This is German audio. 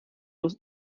los